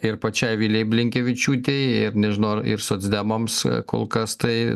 ir pačiai vilijai blinkevičiūtei ir nežinau ir socdemams kol kas tai